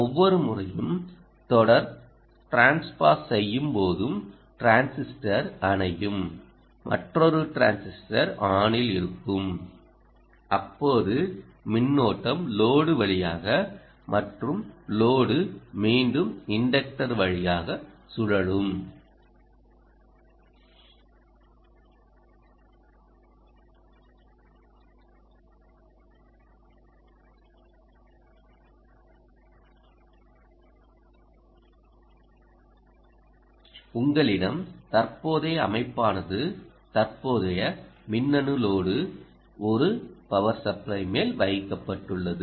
ஒவ்வொரு முறையும் தொடர் டிரான்ஸ் பாஸ் செய்யும்போதும் டிரான்சிஸ்டர் அணையும்மற்றொரு டிரான்சிஸ்டர் ஆனில் இருக்கும் அப்போது மின்னோட்டம் லோடு வழியாக மற்றும் லோடு மீண்டும் இன்டக்டர் வழியாக சுழலும் உங்களிடம் தற்போதைய அமைப்பானது தற்போதைய மின்னணு லோடு ஒரு பவர் சப்ளை மேல் வைக்கப்பட்டுள்ளது